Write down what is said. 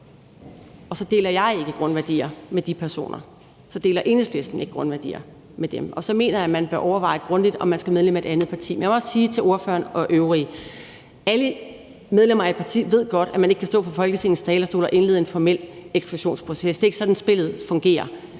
og så deler jeg ikke grundværdier med de personer, og så deler Enhedslisten ikke grundværdier med dem. Og så mener jeg, at man bør overveje grundigt, om man skal være medlem af et andet parti. Men jeg må også sige til spørgeren og andre: Alle medlemmer af et parti ved godt, at man ikke kan stå fra Folketingets talerstol og indlede en formel eksklusionsproces. Det er ikke sådan, spillet fungerer.